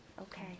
Okay